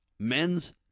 Men's